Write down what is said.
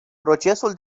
procesul